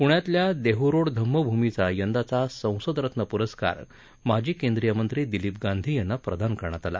पुण्यातल्या देह्रोड धम्म भूमीचा यंदाचा संसदरत्न पुरस्कार माजी केंद्रीय मंत्री दिलीप गांधी यांना प्रदान करण्यात आला